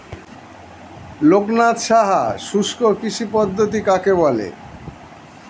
লোকনাথ সাহা শুষ্ককৃষি পদ্ধতি কাকে বলে?